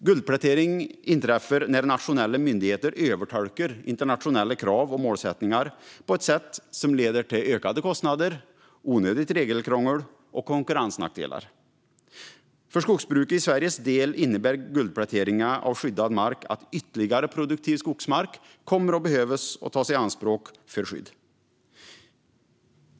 Guldplätering inträffar när nationella myndigheter övertolkar internationella krav och målsättningar på ett sätt som leder till ökade kostnader, onödigt regelkrångel och konkurrensnackdelar. För det svenska skogsbrukets del innebär guldpläteringen av skyddad mark att ytterligare produktiv skogsmark kommer att behöva tas i anspråk för skydd.